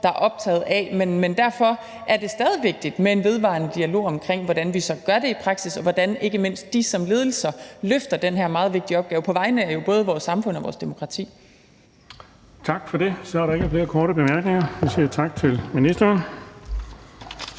der er optaget af. Men derfor er det stadig vigtigt med en vedvarende dialog omkring, hvordan vi så gør det i praksis, og hvordan ikke mindst de som ledelser løfter den her meget vigtige opgave på vegne af både vores samfund og vores demokrati.